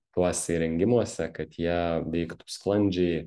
tuose įrengimuose kad jie veiktų sklandžiai